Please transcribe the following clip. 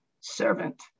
servant